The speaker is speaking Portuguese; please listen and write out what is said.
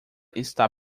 está